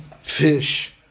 fish